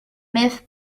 myth